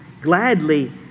gladly